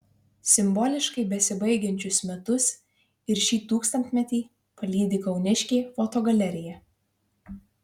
simboliškai besibaigiančius metus ir šį tūkstantmetį palydi kauniškė fotogalerija